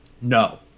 No